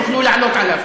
תוכלו לעלות עליו.